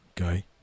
okay